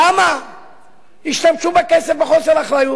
למה השתמשו בכסף בחוסר אחריות?